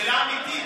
זאת שאלה אמיתית.